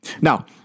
Now